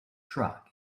truck